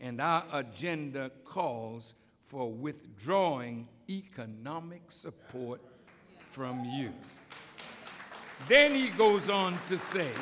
and gender calls for withdrawing economic support from you then he goes on to say